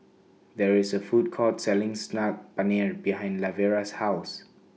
There IS A Food Court Selling Saag Paneer behind Lavera's House